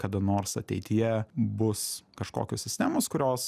kada nors ateityje bus kažkokios sistemos kurios